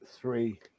three